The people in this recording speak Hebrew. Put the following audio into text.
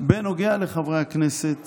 בנוגע לחברי הכנסת